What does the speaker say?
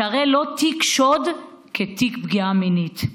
שהרי לא תיק שוד כתיק פגיעה מינית.